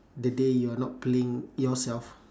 the day you're not playing yourself